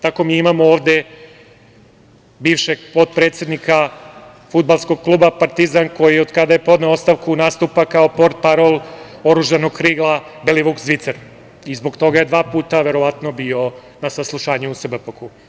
Tako mi imamo ovde bivšeg potpredsednika Fudbalskog kluba „Partizan“ koji od kada je podneo ostavku nastupa kao potparol oružanog krila Belivuk-Zvicer i zbog toga je dva puta, verovatno, bio na saslušanju u SBPOK-u.